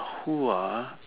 who are